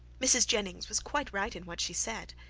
mrs. jennings was quite right in what she said.